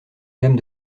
gamme